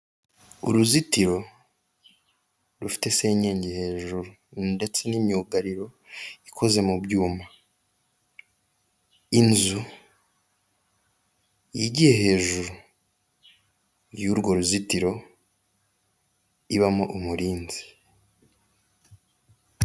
Uruzitiro rufite senyenge hejuru, ndetse n'imyugariro ikoze mu ibyuma, inzu yigiye hejuru y'urwo ruzitiro, ibamo umurinzi.